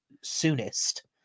soonest